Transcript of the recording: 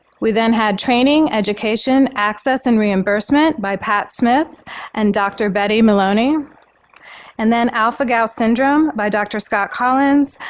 we then had training, education, access and reimbursement by pat smith and dr. betty maloney and then alpha-gal syndrome by dr. scott commins,